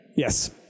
Yes